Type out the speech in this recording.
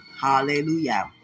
Hallelujah